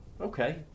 Okay